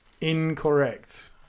Incorrect